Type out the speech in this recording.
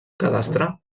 cadastre